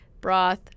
broth